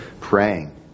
praying